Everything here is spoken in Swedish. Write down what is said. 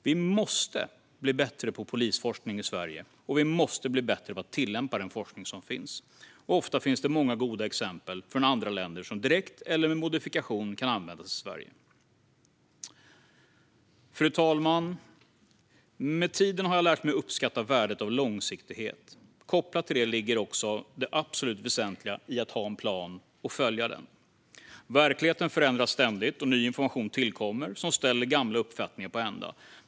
Vi måste bli bättre på polisforskning i Sverige, och vi måste bli bättre på att tillämpa den forskning som finns. Ofta finns det även många goda exempel från andra länder som direkt eller med modifikation kan användas i Sverige. Fru talman! Med tiden har jag lärt mig uppskatta värdet av långsiktighet. Kopplat till det ligger också det absolut väsentliga i att ha en plan och följa den. Verkligheten förändras ständigt, och ny information tillkommer som ställer gamla uppfattningar på ända.